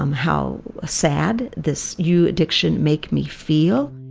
um how sad this you, addiction, make me feel